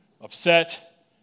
upset